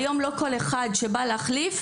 היום לא כל אחד שבא להחליף,